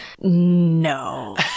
No